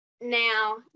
Now